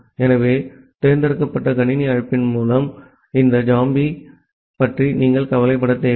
ஆகவே தேர்ந்தெடுக்கப்பட்ட கணினி அழைப்பின் மூலம் இந்த ஜாம்பி பற்றி நீங்கள் கவலைப்பட தேவையில்லை